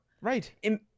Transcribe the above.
Right